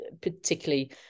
particularly